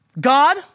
God